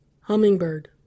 Hummingbird